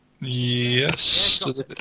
Yes